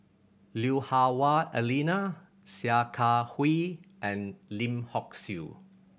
Lui Hah Wah Elena Sia Kah Hui and Lim Hock Siew